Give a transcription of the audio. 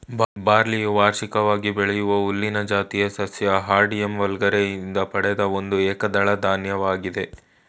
ಬಾರ್ಲಿಯು ವಾರ್ಷಿಕವಾಗಿ ಬೆಳೆಯುವ ಹುಲ್ಲಿನ ಜಾತಿಯ ಸಸ್ಯ ಹಾರ್ಡಿಯಮ್ ವಲ್ಗರೆ ಯಿಂದ ಪಡೆದ ಒಂದು ಏಕದಳ ಧಾನ್ಯವಾಗಿದೆ